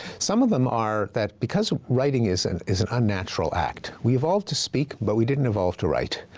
some of them are that, because writing is and is an unnatural act, we evolved to speak, but we didn't evolve to write.